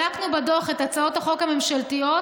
בדקנו בדוח את הצעות החוק הממשלתיות,